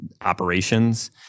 operations